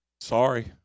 Sorry